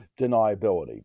deniability